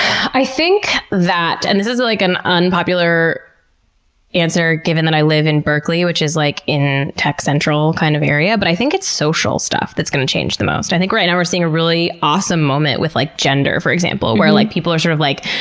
i think that, that, and this is like an unpopular answer given that i live in berkeley, which is like in tech central kind of area, but i think it's social stuff that's going to change the most. i think right now we're seeing a really awesome moment with, like, gender for example, where like people are sort of like,